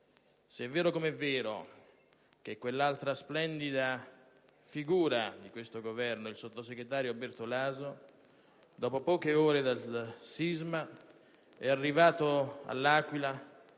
se è vero com'è vero che quell'altra splendida figura del Governo, il sottosegretario Bertolaso, dopo poche ore dal sisma è arrivato all'Aquila